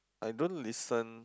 I don't listen